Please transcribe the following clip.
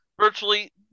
Virtually